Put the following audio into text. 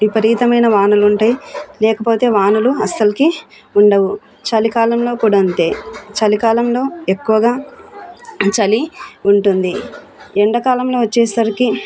విపరీతమైన వానలుంటాయి లేకపోతే వానలు అస్సలకి ఉండవు చలికాలంలో కూడా అంతే చలికాలంలో ఎక్కువగా చలి ఉంటుంది ఎండాకాలంలో వచ్చేసరికి